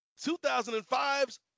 2005's